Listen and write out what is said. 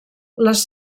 les